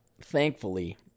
thankfully